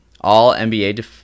All-NBA